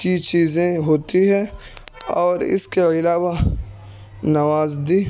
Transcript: کی چیزیں ہوتی ہے اور اس کے علاوہ نوازدی